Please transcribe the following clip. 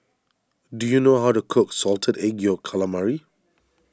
do you know how to cook Salted Egg Yolk Calamari